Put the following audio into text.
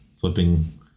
flipping